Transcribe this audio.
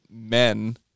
men